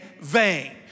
vain